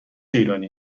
ایرانی